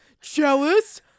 Jealous